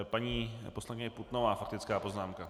Paní poslankyně Putnová faktická poznámka.